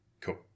Cool